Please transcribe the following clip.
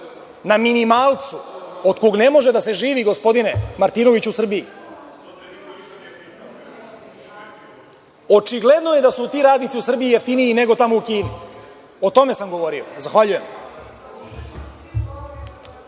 na minimalcu od kog ne može da se živi, gospodine Martinoviću, u Srbiji. Očigledno je da su ti radnici u Srbiji jeftiniji nego tamo u Kini. O tome sam govorio. Zahvaljujem.